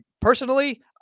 personally